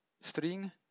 string